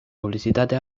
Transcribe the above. publizitate